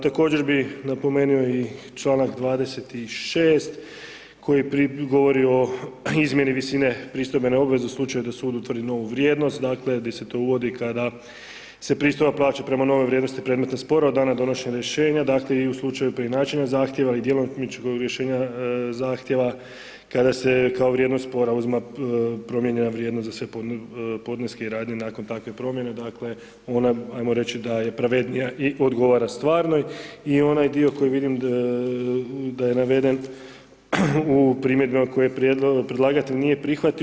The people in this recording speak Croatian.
Također bih napomenuo i čl. 26. koji govori o izmjeni visine pristojbe na obveze u slučaju da sud utvrdi novu vrijednost, dakle, gdje se to uvodi kada se pristojba plaća prema novoj vrijednosti predmeta spora, od dana donošenja rješenja, dakle, i u slučaju preinačenja zahtjeva i djelomičnog rješenja zahtjeva kada se kao vrijednost spora uzima promijenjena vrijednost za sve podneske i radnje nakon takve promijene, dakle, ona, ajmo reći da je pravednija i odgovara stvarnoj i onaj dio koji vidim da je naveden u primjedbama koje predlagatelj nije prihvatio.